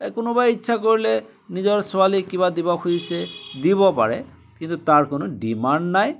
এই কোনোবাই ইচ্ছা কৰিলে নিজৰ ছোৱালীক কিবা দিব খুজিছে দিব পাৰে কিন্তু তাৰ কোনো ডিমাণ্ড নাই